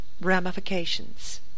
ramifications